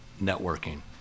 networking